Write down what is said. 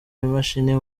imashini